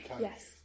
Yes